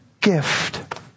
gift